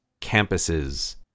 campuses